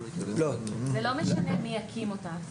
זה לא משנה מי יקים אותה.